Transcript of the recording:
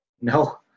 No